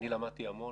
למדתי המון.